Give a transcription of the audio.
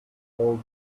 all